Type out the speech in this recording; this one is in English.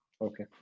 Okay